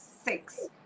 six